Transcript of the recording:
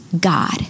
God